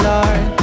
Lord